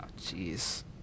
jeez